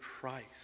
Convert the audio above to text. Christ